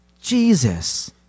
Jesus